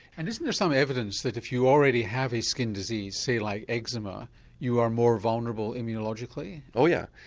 and isn't there some evidence that if you already have a skin disease say like eczema you are more vulnerable immunologically? oh yeah,